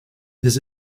his